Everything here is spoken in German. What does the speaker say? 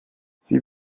sie